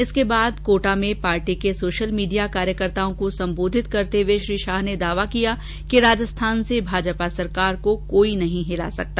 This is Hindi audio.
इसके बाद कोटा में पार्टी के सोशल मीडिया कार्यकर्ताओं को सम्बोधित करते हुए श्री शाह ने दावा किया कि राजस्थान से भाजपा सरकार को कोई नहीं हिला सकता